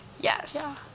Yes